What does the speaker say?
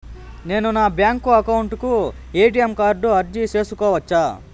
నేను నా bank account కు ఎ.టి.ఎం కార్డు అర్జీ సేసుకోవచ్చా?